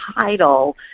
title